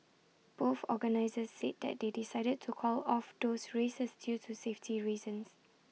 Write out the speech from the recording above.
both organisers said that they decided to call off those races due to safety reasons